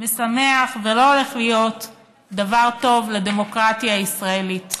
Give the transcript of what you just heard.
משמח ולא הולך להיות דבר טוב לדמוקרטיה הישראלית,